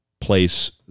place